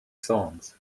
songs